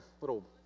little